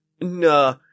Nah